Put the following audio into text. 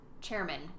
Chairman